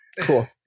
Cool